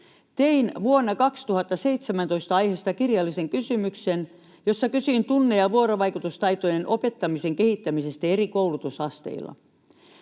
Tein vuonna 2017 aiheesta kirjallisen kysymyksen, jossa kysyin tunne- ja vuorovaikutustaitojen opettamisen kehittämisestä eri koulutusasteilla.